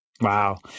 Wow